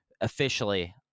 officially